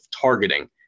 targeting